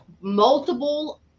multiple